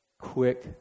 quick